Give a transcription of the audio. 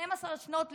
12 שנות לימוד,